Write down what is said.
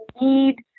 need